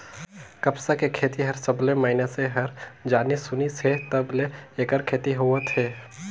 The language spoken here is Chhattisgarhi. कपसा के खेती हर सबलें मइनसे हर जानिस सुनिस हे तब ले ऐखर खेती होवत हे